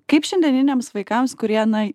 kaip šiandieniniams vaikams kurie na